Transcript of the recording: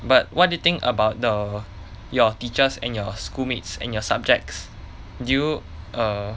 but what do you think about the your teachers and your schoolmates and your subjects do you err